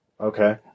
Okay